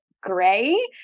gray